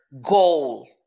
goal